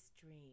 dream